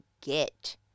get